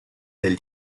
del